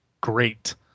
great